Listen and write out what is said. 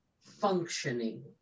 functioning